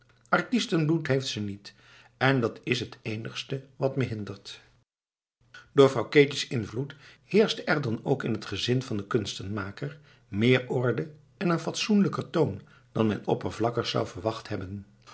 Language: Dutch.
artistenbloed heeft ze niet en dat is het eenigste wat me hindert door vrouw keetje's invloed heerschte er dan ook in het gezin van den kunstenmaker meer orde en een fatsoenlijker toon dan men oppervlakkig zou verwacht hebben